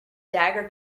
dagger